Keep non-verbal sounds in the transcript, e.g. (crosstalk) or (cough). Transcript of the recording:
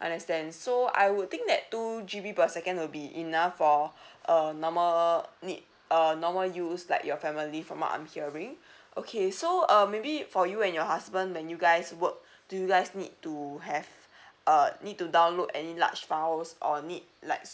understand so I would think that two G_B per second will be enough for uh normal need uh normal use like your family from what I'm hearing (breath) okay so uh maybe for you and your husband when you guys work do you guys need to have a need to download any large files or need like